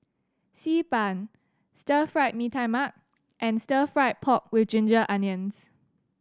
Xi Ban Stir Fried Mee Tai Mak and Stir Fried Pork With Ginger Onions